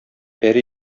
пәри